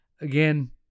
again